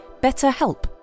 BetterHelp